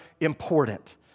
important